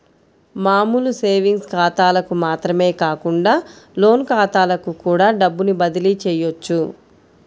మామూలు సేవింగ్స్ ఖాతాలకు మాత్రమే కాకుండా లోన్ ఖాతాలకు కూడా డబ్బుని బదిలీ చెయ్యొచ్చు